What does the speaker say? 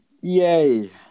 Yay